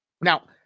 Now